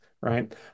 right